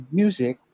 music